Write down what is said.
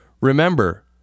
Remember